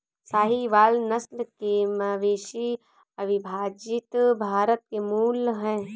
साहीवाल नस्ल के मवेशी अविभजित भारत के मूल हैं